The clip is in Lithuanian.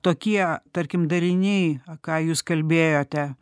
tokie tarkim dariniai ką jūs kalbėjote